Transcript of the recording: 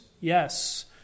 Yes